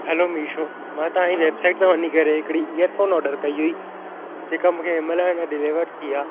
hello Meesho मां तव्हांजी website ते वञी करे हिकिड़ी ईयरफोन ऑडर कई हुई जेका मूंखे हिन महिल अञा डिलीवर थी आहे